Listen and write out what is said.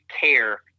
care